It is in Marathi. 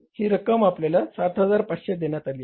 ही रक्कम आपल्याला 7500 देण्यात आली आहे